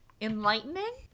enlightening